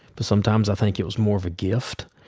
but sometimes i think it was more of a gift.